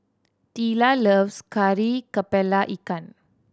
Teela loves Kari Kepala Ikan